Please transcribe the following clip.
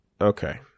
Okay